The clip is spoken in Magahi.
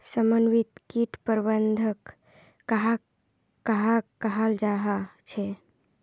समन्वित किट प्रबंधन कहाक कहाल जाहा झे?